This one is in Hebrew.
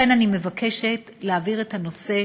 לכן אני מבקשת להעביר את הנושא